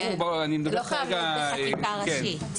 זה לא חייב להיות בחקיקה ראשית.